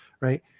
right